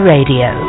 Radio